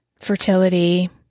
Fertility